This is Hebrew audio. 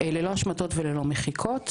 ללא השמטות וללא מחיקות.